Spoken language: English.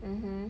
mmhmm